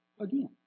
again